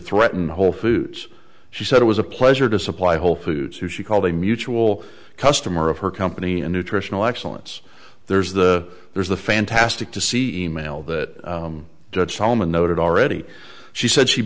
threaten whole foods she said it was a pleasure to supply whole foods who she called a mutual customer of her company a nutritional excellence there's the there's the fantastic to see e mail that judge solomon noted already she said she